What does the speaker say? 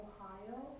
Ohio